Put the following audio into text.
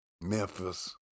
Memphis